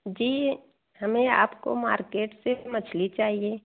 जी हमें आपकी मार्केट से मछली चाहिए